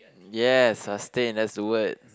yes sustain that's the word